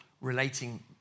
Relating